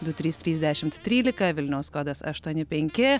du trys trys dešimt trylika vilniaus kodas aštuoni penki